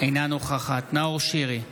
אינה נוכחת נאור שירי,